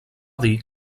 dir